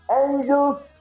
angels